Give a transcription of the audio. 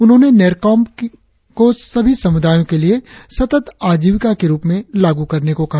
उन्होंने नेरकॉम्प को सभी समुदायों के लिए सतत आजिविका के रुप में लागू करने को कहा